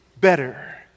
better